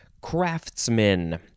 craftsman